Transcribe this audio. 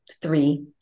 three